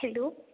hello